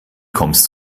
kommst